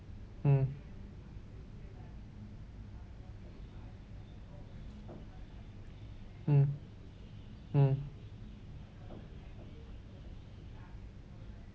mm mm mm